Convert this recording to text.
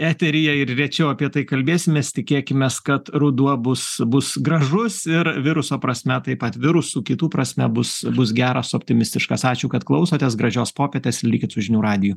eteryje ir rečiau apie tai kalbėsimės tikėkimės kad ruduo bus bus gražus ir viruso prasme taip pat virusų kitų prasme bus bus geras optimistiškas ačiū kad klausotės gražios popietės likit su žinių radiju